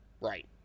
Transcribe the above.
Right